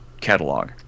catalog